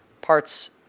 parts